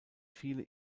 viele